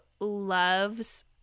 loves